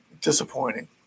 Disappointing